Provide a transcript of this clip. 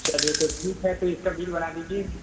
चलिए तो ठीक है तो इसका बिल बना दीजिए